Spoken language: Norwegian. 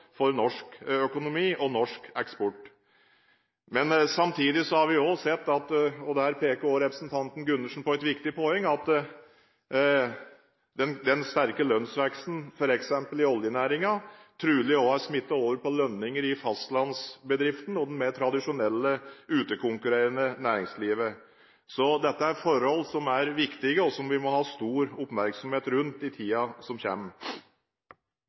for norsk økonomi og norsk eksport. Samtidig har vi sett – og der peker også representanten Gundersen på et viktig poeng – at den sterke lønnsveksten, f.eks. i oljenæringen, trolig har smittet over på lønninger i fastlandsbedriftene og det mer tradisjonelle, utekonkurrerende næringslivet. Dette er forhold som er viktige, og som vi må ha stor oppmerksomhet rundt i tiden som